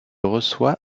reçoit